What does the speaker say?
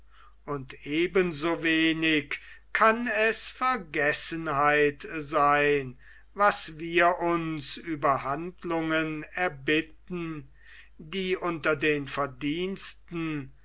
und eben so wenig kann es vergessenheit sein was wir uns über handlungen erbitten die unter den verdiensten